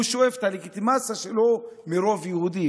הוא שואב את הלגיטימציה שלו מרוב יהודי,